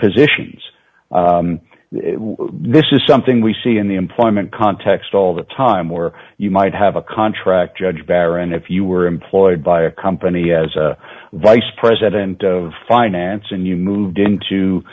positions this is something we see in the employment context all the time where you might have a contract judge bear and if you were employed by a company as vice president of finance and you moved into